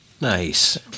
Nice